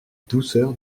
douceur